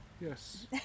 Yes